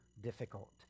difficult